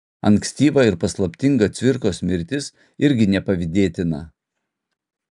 ankstyva ir paslaptinga cvirkos mirtis irgi nepavydėtina